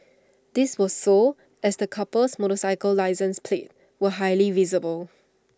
this was so as the couple's motorcycle license plates were highly visible